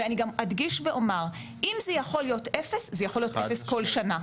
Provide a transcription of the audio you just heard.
ואני גם אדגיש ואומר: אם זה יכול להיות אפס זה יכול להיות אפס כל שנה.